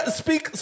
speak